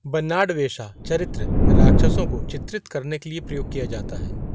बन्नाड वेशा चरित्र राक्षसों को चित्रित करने के लिए प्रयोग किया जाता है